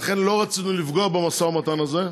לכן לא רצינו לפגוע במשא-ומתן הזה,